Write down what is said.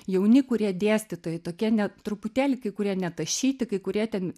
jauni kurie dėstytojai tokie net truputėlį kai kurie netašyti kai kurie ten